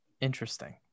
Interesting